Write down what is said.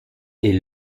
est